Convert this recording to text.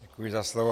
Děkuji za slovo.